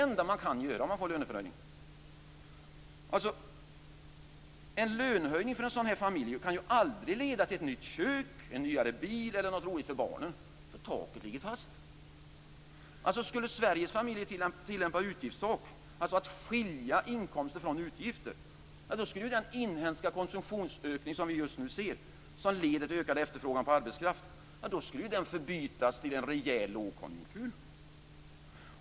En lönehöjning för en sådan här familj kan aldrig leda till ett nytt kök, en nyare bil eller något roligt för barnen, för taket ligger fast. Skulle Sveriges familjer tillämpa utgiftstak - att skilja inkomster från utgifter - skulle den inhemska konsumtionsökning som vi just nu ser och som leder till ökad efterfrågan på arbetskraft förbytas i en rejäl lågkonjunktur.